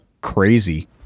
crazy